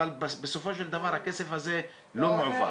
אבל בסופו של דבר הכסף הזה לא מועבר.